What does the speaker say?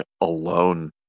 alone